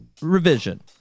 revision